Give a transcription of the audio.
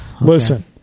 Listen